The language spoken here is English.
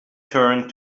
turned